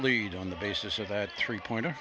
lead on the basis of that three point